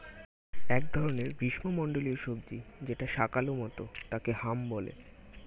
এক ধরনের গ্রীষ্মমন্ডলীয় সবজি যেটা শাকালু মতো তাকে হাম বলে